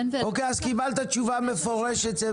כן --- אוקיי, אז קיבלת תשובה מפורשת.